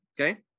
okay